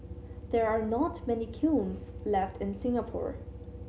there are not many kilns left in Singapore